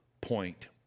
point